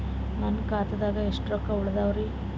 ನನ್ನ ಖಾತಾದಾಗ ಎಷ್ಟ ರೊಕ್ಕ ಉಳದಾವರಿ?